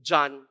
John